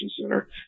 Center